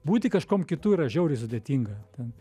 būti kažkuom kitu yra žiauriai sudėtinga ten